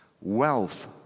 wealth